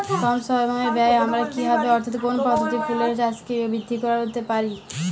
কম সময় ব্যায়ে আমরা কি ভাবে অর্থাৎ কোন পদ্ধতিতে ফুলের চাষকে বৃদ্ধি করতে পারি?